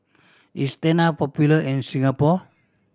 is Tena popular in Singapore